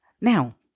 Now